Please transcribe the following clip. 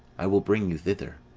i will bring you thither.